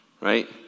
Right